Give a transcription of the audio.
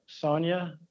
Sonia